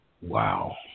Wow